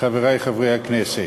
חברי חברי הכנסת,